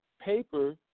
paper